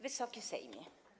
Wysoki Sejmie!